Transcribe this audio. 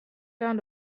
down